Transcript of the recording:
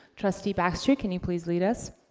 trustee baxter, can you please lead us?